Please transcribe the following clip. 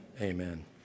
amen